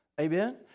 Amen